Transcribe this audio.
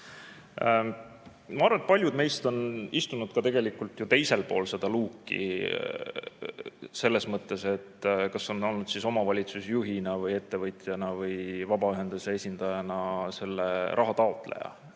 Ma arvan, et paljud meist on tegelikult istunud ka teisel pool seda luuki: selles mõttes, et on olnud omavalitsusjuhina või ettevõtjana või vabaühenduse esindajana selle raha taotleja,